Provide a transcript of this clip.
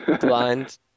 blind